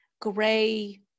gray